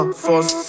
force